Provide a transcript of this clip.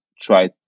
try